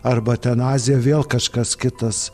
arba ten azija vėl kažkas kitas